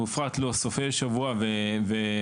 בפרט לא סופי שבוע וחגים,